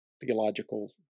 theological